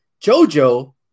JoJo